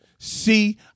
See